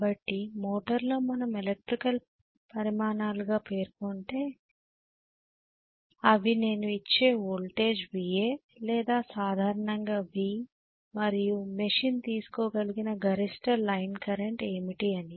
కాబట్టి మోటర్లో మనం ఎలక్ట్రికల్ పరిమాణాలుగా పేర్కొంటే అవి నేను ఇచ్చే వోల్టేజ్ Va లేదా సాధారణంగా V మరియు మెషిన్ తీసుకోగలిగిన గరిష్ట లైన్ కరెంట్ ఏమిటి అని